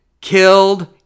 killed